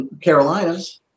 Carolinas